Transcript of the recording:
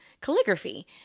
calligraphy